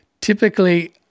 typically